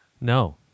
No